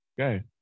Okay